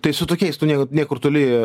tai su tokiais tu niekad niekur toli